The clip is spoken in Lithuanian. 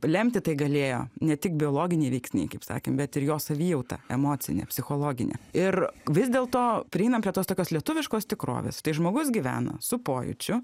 lemti tai galėjo ne tik biologiniai veiksniai kaip sakė bet ir jo savijautą emocinę psichologinę ir vis dėlto prieinam prie tos tokios lietuviškos tikrovės tai žmogus gyvena su pojūčiu